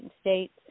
states